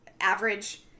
average